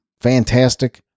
Fantastic